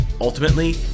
Ultimately